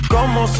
Como